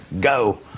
Go